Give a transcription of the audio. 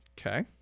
Okay